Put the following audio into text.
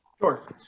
sure